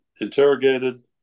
interrogated